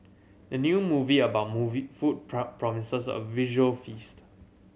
the new movie about movie food promises a visual feast